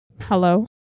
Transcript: hello